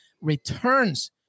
returns